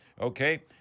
Okay